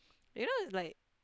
you know it's like